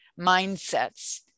mindsets